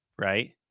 right